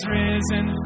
risen